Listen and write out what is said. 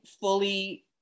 fully